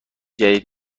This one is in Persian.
جدید